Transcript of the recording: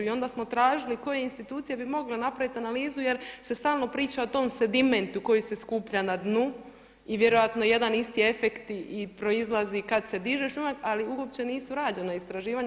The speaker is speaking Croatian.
I onda smo tražili koje institucije bi mogle napraviti analizu jer se stalno priča o tom sedimentu koji se skuplja na dnu i vjerojatno jedan isti efekt i proizlazi kada se diže šljunak, ali uopće nisu rađena istraživanja.